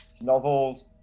novels